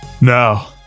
Now